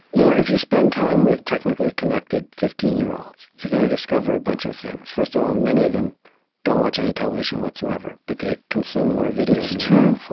you know if you spend time with technically connected fifteen year olds, you're going to discover a bunch of things. first of all, many of them don't watch any television whatsoever, but they ah consume more video than